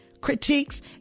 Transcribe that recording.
critiques